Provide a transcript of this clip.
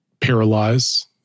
paralyze